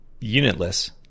Unitless